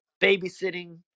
babysitting